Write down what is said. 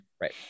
Right